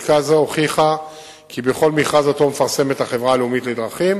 בדיקה זו הוכיחה כי בכל מכרז שמפרסמת החברה הלאומית לדרכים